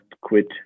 quit